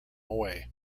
away